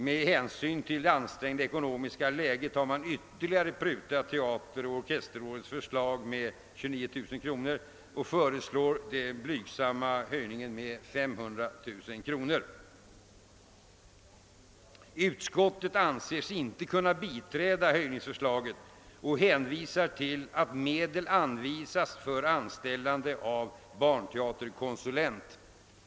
Med hänsyn till det ansträngda ekonomiska läget har man ytterligare prutat Teateroch orkesterrådets förslag med 29 000 kronor och föreslår att anslagshöjningen skall begränsas till blygsamma 500 000 kronor. Utskottet anser sig inte kunna biträda höjningsförslaget och hänvisar till att medel anvisats för, anställande av en barnteaterkonsulent.